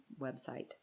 website